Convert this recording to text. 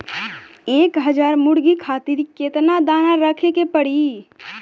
एक हज़ार मुर्गी खातिर केतना दाना रखे के पड़ी?